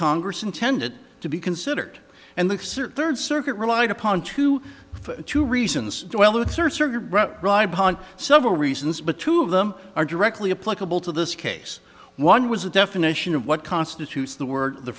congress intended to be considered and the circuit relied upon to two reasons several reasons but two of them are directly a pleasurable to this case one was a definition of what constitutes the word the